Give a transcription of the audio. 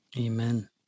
Amen